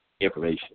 information